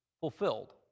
fulfilled